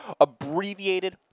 abbreviated